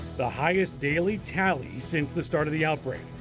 the highest daily tally since the start of the outbreak.